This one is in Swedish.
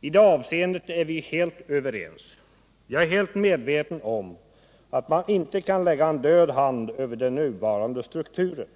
I det avseendet är vi helt överens. Jag är helt medveten om att man inte kan lägga en död hand över den nuvarande strukturen.